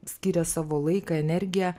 skiria savo laiką energiją